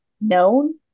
known